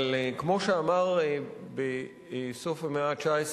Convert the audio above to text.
אבל כמו שאמר בסוף המאה ה-19